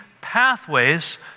pathways